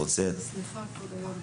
סליחה כבוד היו"ר,